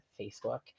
Facebook